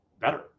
better